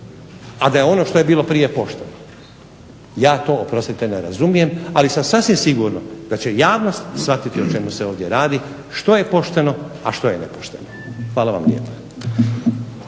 a da je ono što je bilo prije pošteno. Ja to oprostite ne razumijem, ali sam sasvim siguran da će javnost shvatiti o čemu se ovdje radi, što je pošteno, a što je nepošteno. Hvala vam lijepo.